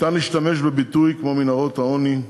ניתן להשתמש בביטוי כמו "מנהרות העוני",